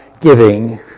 giving